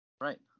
Right